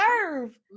serve